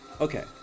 Okay